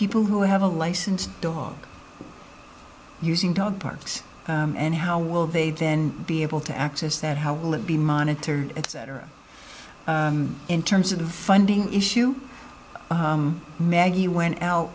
people who have a licensed dog using dog parks and how will they then be able to access that how will it be monitored etc in terms of funding issue maggie went out